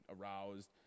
aroused